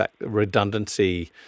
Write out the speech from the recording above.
redundancy